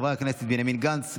חברי הכנסת בנימין גנץ,